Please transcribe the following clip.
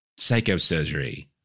psychosurgery